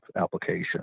application